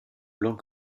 blanc